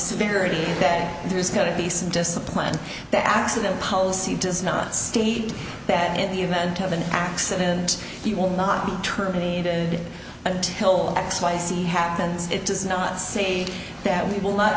severity that there is going to be some discipline that accident policy does not state that in the event of an accident you will not be terminated until x y z happens it does not say that we will not